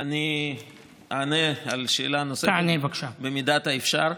אני אענה על השאלה הנוספת במידת האפשר.